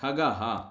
खगः